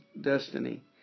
destiny